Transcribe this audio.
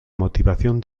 motivación